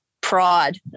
pride